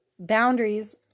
boundaries